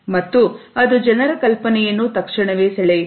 ಮತ್ತು ಅದು ಜನರ ಕಲ್ಪನೆಯನ್ನು ತಕ್ಷಣವೇ ಸೆಳೆಯಿತು